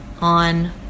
on